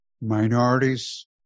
minorities